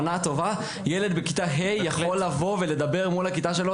הכותל, ילד בכיתה ה׳ שבא ומדבר מול הכיתה שלו.